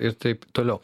ir taip toliau